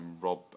rob